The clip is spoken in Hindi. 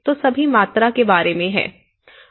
तो सभी मात्रा के बारे में हैं